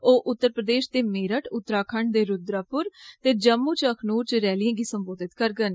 ओ उत्तर प्रदेष दे मेरठ उत्तराखंड दे रुदरापुर ते जम्मू दे अखनूर च रेलियें गी सम्बोधित करगंन